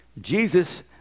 Jesus